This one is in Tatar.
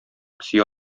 песи